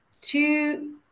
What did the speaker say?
two